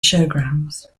showgrounds